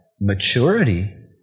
maturity